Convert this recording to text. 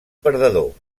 perdedor